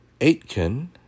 Aitken